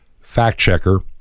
fact-checker